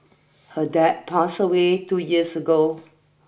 her dad passed away two years ago